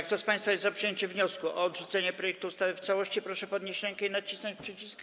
Kto z państwa jest za przyjęciem wniosku o odrzucenie projektu ustawy w całości, proszę podnieść rękę i nacisnąć przycisk.